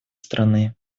страны